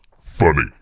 funny